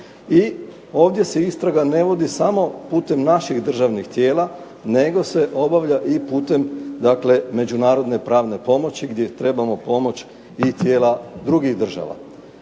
i ovdje se istraga ne vodi samo putem naših državnih tijela nego se obavlja i putem, dakle međunarodne pravne pomoći gdje trebamo pomoć i tijela drugih država.